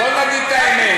בוא נגיד את האמת.